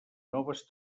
noves